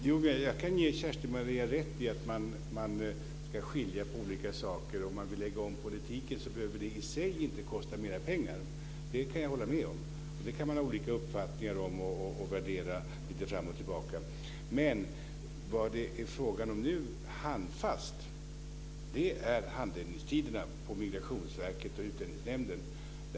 Fru talman! Jag kan ge Kerstin-Maria rätt i att man ska skilja mellan olika saker, och om man vill lägga om politiken behöver det i sig inte kosta mera pengar. Det kan jag hålla med om. Det kan man ha olika uppfattningar om och värdera lite fram och tillbaka. Men vad det är fråga om nu, handfast, är handläggningstiderna på Migrationsverket och Utlänningsnämnden.